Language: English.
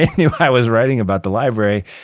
like knew i was writing about the library,